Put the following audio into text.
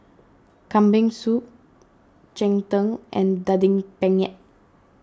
Kambing Soup Cheng Tng and Daging Penyet